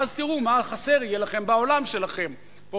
ואז תראו מה יהיה חסר בעולם שלכם: פה